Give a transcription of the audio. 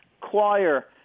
choir